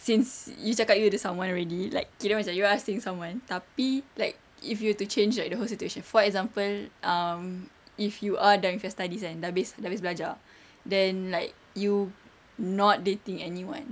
since you cakap you ada someone already like kira you are seeing someone tapi like if you were to change like the whole situation for example um if you are done with your studies kan dah habis belajar then like you not dating anyone